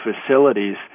facilities